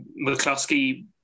McCluskey